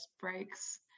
breaks